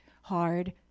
hard